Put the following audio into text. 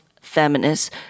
feminists